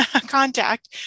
contact